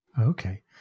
Okay